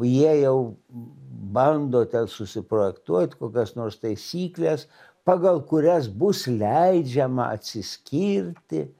jie jau bando ten susiprojektuot kokias nors taisykles pagal kurias bus leidžiama atsiskirti